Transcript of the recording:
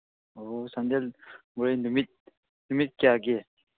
ꯑꯣ ꯆꯥꯟꯗꯦꯜ ꯃꯣꯔꯦ ꯅꯨꯃꯤꯠ ꯅꯨꯃꯤꯠ ꯀꯌꯥꯒꯤ